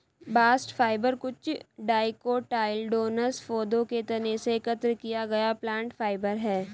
bast fibre कुछ dicotyledonous पौधों के तने से एकत्र किया गया प्लांट फाइबर है